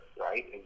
right